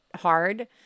hard